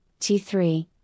T3